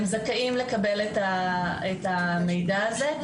הם זכאים לקבל את המידע הזה.